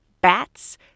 bats